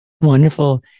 Wonderful